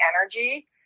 energy